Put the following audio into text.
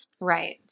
Right